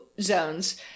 zones